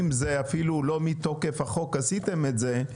אם זה אפילו לא מתוקף החוק עשיתם את זה,